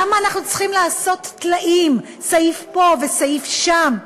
למה אנחנו צריכים לעשות טלאים, סעיף פה וסעיף שם?